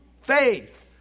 faith